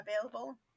available